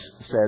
says